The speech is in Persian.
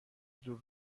دور